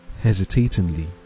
hesitatingly